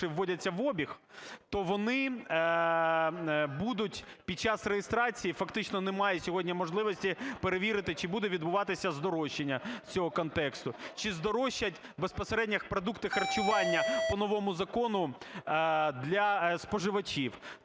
вводяться в обіг, то вони будуть під час реєстрації... фактично немає сьогодні можливості перевірити, чи буде відбуватися здорожчання цього контексту, чи здорожчать безпосередньо продукти харчування по новому закону для споживачів.